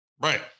Right